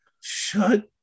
Shut